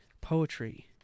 poetry